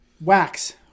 Wax